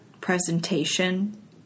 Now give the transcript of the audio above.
presentation